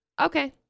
Okay